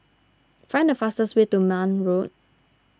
find the fastest way to Marne Road